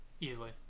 Easily